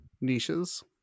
niches